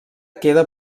queda